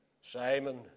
Simon